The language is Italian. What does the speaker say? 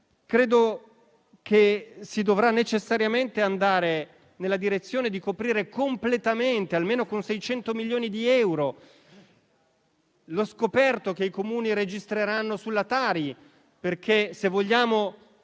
Credo che si dovrà necessariamente andare nella direzione di coprire completamente, almeno con 600 milioni di euro, lo scoperto che i Comuni registreranno sulla Tari, perché se vogliamo